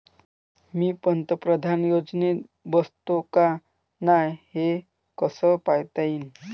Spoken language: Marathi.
मी पंतप्रधान योजनेत बसतो का नाय, हे कस पायता येईन?